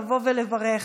לבוא ולברך.